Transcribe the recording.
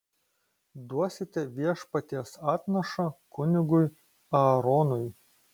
duosite viešpaties atnašą kunigui aaronui